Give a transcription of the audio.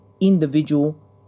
individual